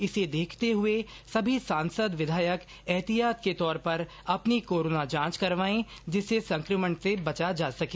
इसे देखते हुए सभी सांसद विधायक एहतियात के तौर पर अपनी कोरोना जांच करवाएं जिससे संक्रमण से बचा जा सके